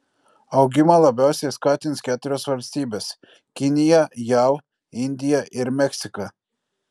augimą labiausiai skatins keturios valstybės kinija jav indija ir meksika